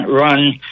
run